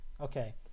Okay